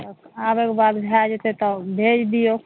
आबेके बाद भए जेतै तब भेज दियौ